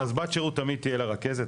לא, אז בת שירות תמיד תהיה לה רכזת.